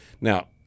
Now